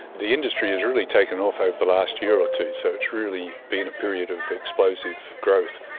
the industry has really taken off over the last year or two, so it's really been a period of explosive growth,